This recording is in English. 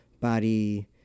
body